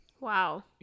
Wow